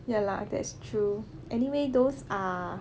ya lah that's true anyway those are